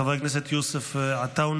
חבר הכנסת יוסף עטאונה,